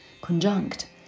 conjunct